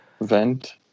vent